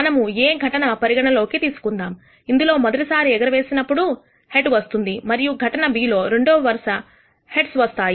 మనము A ఘటనను పరిగణలోకి తీసుకుందాం ఇందులో మొదటిసారి ఎగరవేసినప్పుడు వేసినపుడు హెడ్ వస్తుంది మరియు ఘటన B లో రెండు వరుస హెడ్స్ వస్తాయి